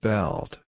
Belt